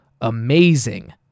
amazing